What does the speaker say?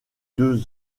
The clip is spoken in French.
deux